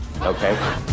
Okay